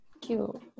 cute